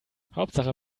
hauptsache